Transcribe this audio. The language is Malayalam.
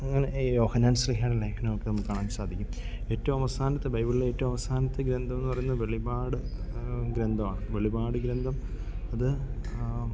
അങ്ങനെ ഈ യോഹന്നാൻ ശ്ലീഹാടെ ലേഘനമൊക്കെ ഒന്ന് കാണാൻ സാധിക്കും ഏറ്റവും അവസാനത്തെ ബൈബിളിൽ ഏറ്റവും അവസാനത്തെ ഗ്രന്ഥം എന്നു പറയുന്നത് വെളിപാട് ഗ്രന്ഥമാണ് വെളിപാട് ഗ്രന്ഥം അത്